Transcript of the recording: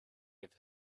other